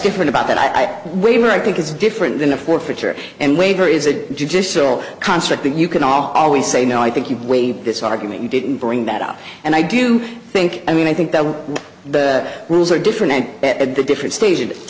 different about that i waver i think it's different than a forfeiture and waiver is a judicial construct that you can always say no i think you've waived this argument you didn't bring that up and i do think i mean i think that the rules are different and at a different stage